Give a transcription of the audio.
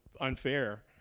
unfair